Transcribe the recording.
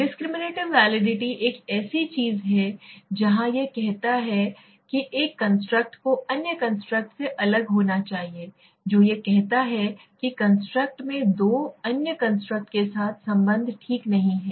discriminative validity एक ऐसी चीज है जहां यह कहता है कि एक कंस्ट्रक्ट को अन्य कंस्ट्रक्ट से अलग होना चाहिए जो यह कहता है किकंस्ट्रक्टमें दो अन्य कंस्ट्रक्ट के साथ संबंध ठीक नहीं है